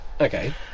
Okay